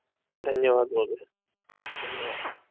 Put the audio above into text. धन्यवादः महोदय धन्यवादः